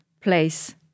place